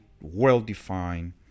well-defined